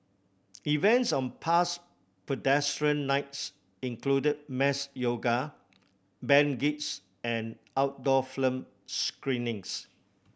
events on past Pedestrian Nights included mass yoga band gigs and outdoor film screenings